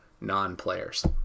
non-players